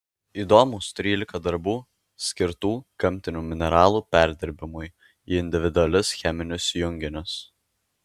įdomūs trylika darbų skirtų gamtinių mineralų perdirbimui į individualius cheminius junginius